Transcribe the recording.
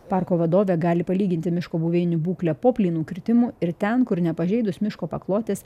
parko vadovė gali palyginti miško buveinių būklę po plynų kirtimų ir ten kur nepažeidus miško paklotės